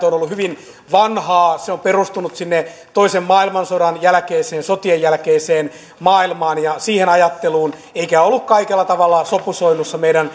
on ollut hyvin vanhaa se on perustunut sinne toisen maailmansodan jälkeiseen sotien jälkeiseen maailmaan ja siihen ajatteluun eikä ole ollut kaikella tavalla sopusoinnussa meidän